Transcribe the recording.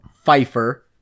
pfeiffer